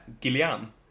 Gillian